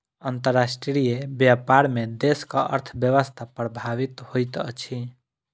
अंतर्राष्ट्रीय व्यापार में देशक अर्थव्यवस्था प्रभावित होइत अछि